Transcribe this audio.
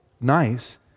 Nice